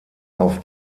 auf